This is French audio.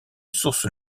source